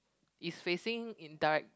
is facing in direct